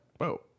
Whoa